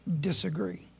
disagree